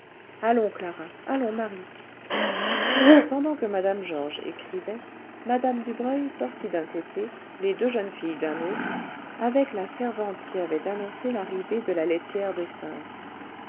allons clara allons marie pendant que mme georges écrivait mme dubreuil sortit d'un côté les deux jeunes filles d'un autre avec la servante qui avait annoncé l'arrivée de la laitière de stains